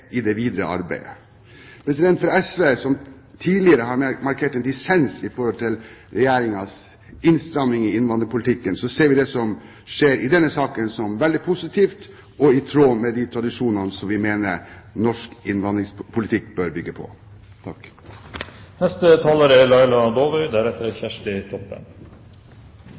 i det videre arbeidet. SV, som tidligere har markert en dissens i forhold til Regjeringens innstramming i innvandringspolitikken, ser det som skjer i denne saken, som veldig positivt og i tråd med de tradisjoner vi mener norsk innvandringspolitikk bør bygge på.